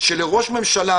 שלראש ממשלה,